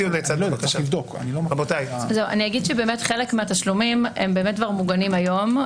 חלק מהתשלומים כבר מוגנים היום.